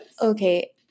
okay